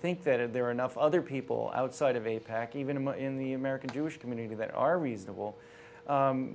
think that there are enough other people outside of a pack even in the american jewish community that are reasonable